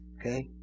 Okay